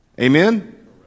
Amen